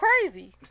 crazy